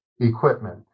equipment